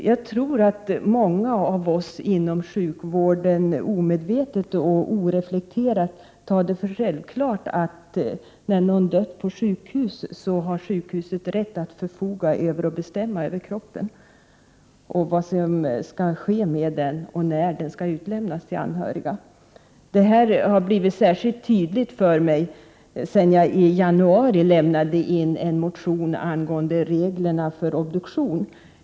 Jag tror att många av oss inom sjukvården omedvetet och utan att reflektera anser det vara självklart att sjukhuset, när någon har dött på Prot. 1988/89:118 sjukhus, har rätt att förfoga och bestämma över den avlidnes kropp samtöver 22 maj 1989 vad som skall ske med kroppen och när denna skall utlämnas till anhöriga. Det här har blivit särskilt tydligt för mig sedan jag i januari väckte en motion angående regler för obduktion.